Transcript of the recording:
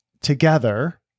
together